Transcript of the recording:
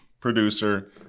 producer